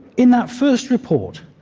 in that first report,